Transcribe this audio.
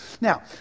Now